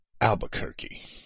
Albuquerque